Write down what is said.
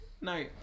No